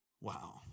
Wow